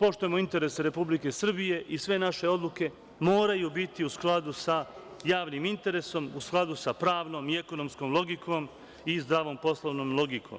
poštujemo interes Republike Srbije i sve naše odluke moraju biti u skladu sa javnim interesom, u skladu sa pravom i ekonomskom logikom i zdravom poslovnom logikom.